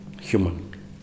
human